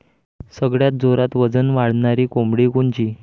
सगळ्यात जोरात वजन वाढणारी कोंबडी कोनची?